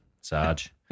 Sarge